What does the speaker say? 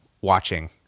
watching